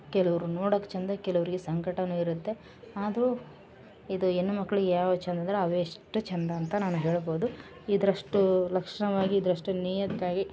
ಕೆಲೋರು ನೋಡೋಕೆ ಚಂದ ಕೆಲೋರಿಗೆ ಸಂಕಟ ಇರುತ್ತೆ ಆದರು ಇದು ಹೆಣ್ಮಕ್ಳಿಗ್ ಯಾವ ಚಂದ ಅಂದ್ರೆ ಅವೆಷ್ಟು ಚಂದ ಅಂತ ನಾನು ಹೇಳ್ಬೋದು ಇದರಷ್ಟೂ ಲಕ್ಷಣವಾಗಿ ಇದಷ್ಟೂ ನೀಯತ್ತಾಗಿ